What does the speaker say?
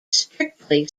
strictly